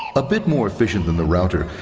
a bit more efficient than the router,